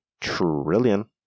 trillion